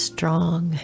Strong